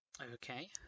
Okay